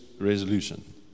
resolution